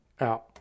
out